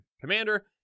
commander